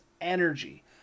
energy